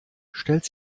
stellt